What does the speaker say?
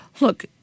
Look